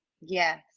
yes